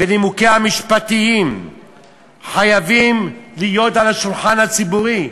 ונימוקיה המשפטיים חייבים להיות על השולחן הציבורי.